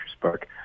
spark